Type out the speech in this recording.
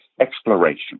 exploration